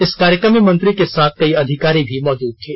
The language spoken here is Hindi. इस कार्यक्रम में मंत्री के साथ कई अधिकारी भी मौजुद थे